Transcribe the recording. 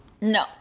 No